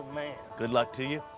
man. good luck to you.